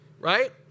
right